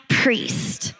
priest